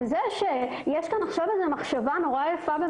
וזה שיש עכשיו מחשבה מאוד יפה,